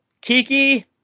Kiki